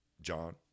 john